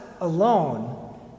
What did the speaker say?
alone